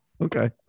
Okay